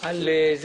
על מה